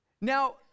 Now